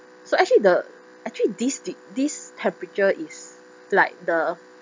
so actually the actually this the this temperature is like the